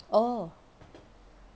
oh